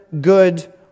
good